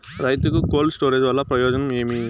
రైతుకు cold storage వల్ల ప్రయోజనం ఏమి?